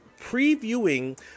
previewing